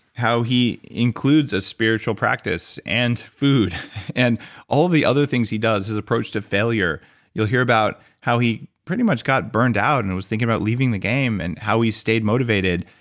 how he includes a spiritual practice and food and all the other things he does, his approach to failure you'll hear about how he pretty much got burned out and was thinking about leaving the game and how he stayed motivated,